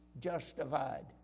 justified